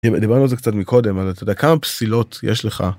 דיברנו על זה קצת מקודם אתה יודע כמה פסילות יש לך.